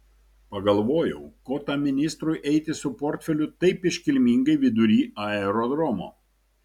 pagalvojau ko tam ministrui eiti su portfeliu taip iškilmingai vidury aerodromo